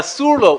אסור לו,